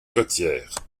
côtières